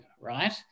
right